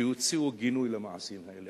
שיוציאו גינוי למעשים האלה.